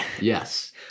Yes